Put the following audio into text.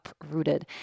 uprooted